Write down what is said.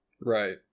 Right